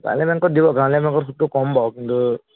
গাঁৱলীয়া বেংকত দিব গাঁৱলীয়া বেংকত সূতটো কম বাৰু কিন্তু